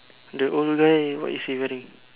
the old guy what is he wearing